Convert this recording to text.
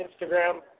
Instagram